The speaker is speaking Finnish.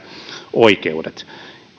oikeudet